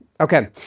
Okay